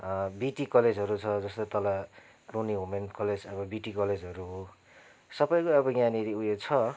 BT कलेजहरू छ जस्तो तल क्लुनी वुमेन कलेज बिटी कलेजहरू हो सबैको अब यहाँनिर उयो छ